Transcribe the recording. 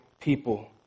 people